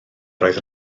roedd